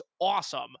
awesome